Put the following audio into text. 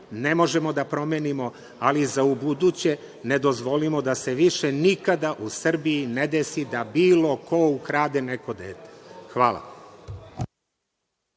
ne možemo da promenimo, ali za ubuduće ne dozvolimo da se više nikada u Srbiji ne desi da bilo ko ukrade neko dete. Hvala.